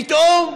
פתאום